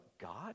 God